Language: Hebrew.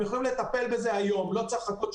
הם יכולים לטפל בזה היום ולא צריך לחכות.